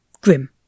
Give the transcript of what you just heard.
Grim